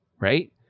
right